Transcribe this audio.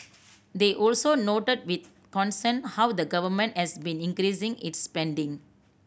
they also noted with concern how the Government has been increasing its spending